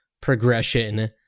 progression